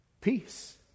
peace